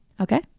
Okay